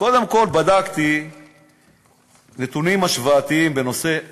קודם כול בדקתי נתונים השוואתיים בנושא התיאוריות.